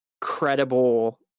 credible